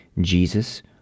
Jesus